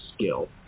skill